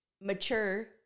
mature